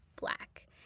Black